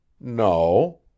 No